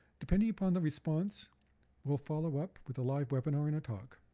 depending upon the response we'll follow up with a live webinar and talk.